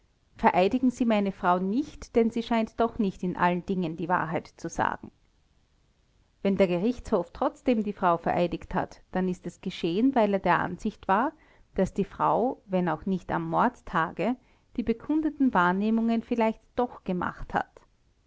vereidigen sie meine frau nicht denn sie scheint doch nicht in allen dingen die wahrheit zu sagen wenn der gerichtshof trotzdem die frau vereidigt hat dann ist es geschehen weil er der ansicht war daß die frau wenn auch nicht am mordtage die bekundeten wahrnehmungen vielleicht doch gemacht hat